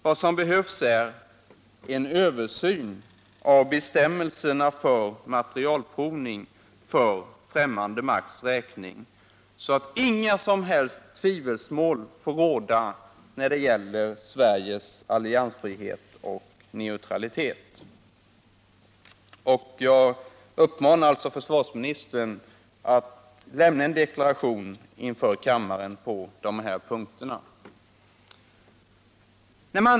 Vad som behövs är en översyn av bestämmelserna för materielprovning för fftämmande makts räkning, så att inget som helst tvivel får råda när det gäller Sveriges alliansfrihet och neutralitet. Jag uppmanar försvarsministern att lämna en deklaration för kammaren på dessa punkter.